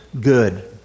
good